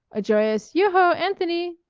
a joyous yoho, anthony!